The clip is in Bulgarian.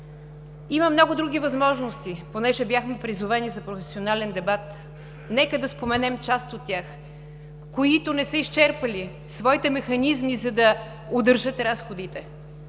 Има много други възможности. Понеже бяхме призовани за професионален дебат – нека да споменем част от тях, които не са изчерпали своите механизми, за да удържат разходите,